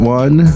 one